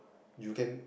you can